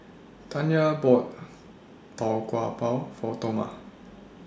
Tanja bought Tau Kwa Pau For Toma